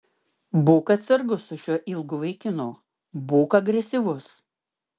būk atsargus su šiuo ilgu vaikinu būk agresyvus